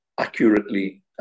accurately